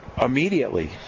Immediately